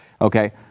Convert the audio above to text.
okay